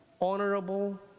honorable